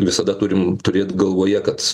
visada turim turėt galvoje kad